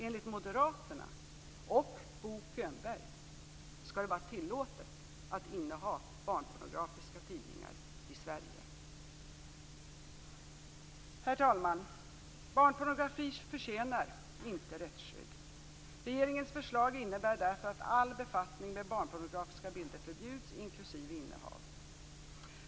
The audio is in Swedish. Enligt moderaterna och Bo Könberg skall det vara tillåtet att inneha barnpornografiska tidningar i Sverige. Herr talman! Barnpornografi förtjänar inte rättsskydd. Regeringens förslag innebär därför att all befattning med barnpornografiska bilder förbjuds, inklusive innehav.